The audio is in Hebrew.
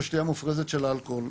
לשתייה מופרזת של אלכוהול.